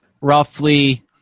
Roughly